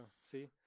See